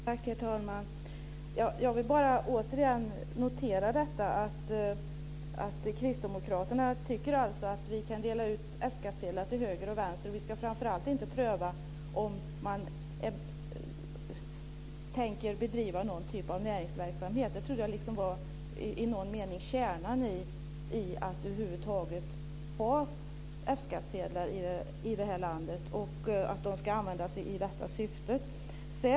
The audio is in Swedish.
Herr talman! Jag vill bara återigen notera att kristdemokraterna alltså tycker att vi kan dela ut F skattsedlar till höger och vänster och att vi framför allt inte ska pröva om man tänker bedriva någon typ av näringsverksamhet. Det trodde jag i någon mening var kärnan i att över huvud taget ha F-skattsedlar i det här landet och att de ska användas i detta syfte.